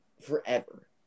Forever